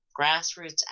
grassroots